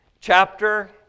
chapter